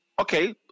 Okay